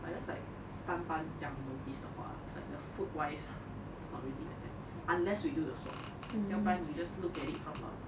I just like 单单这样 notice 的话 it's like the food wise it's not really like that unless we do the swap 要不然 you just look at it from a